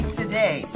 today